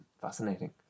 Fascinating